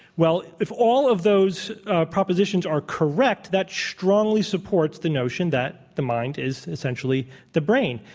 well, if all of those propositions are correct, that strongly supports the notion that the mind is essentially the brain,